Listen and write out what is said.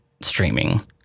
streaming